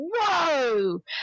whoa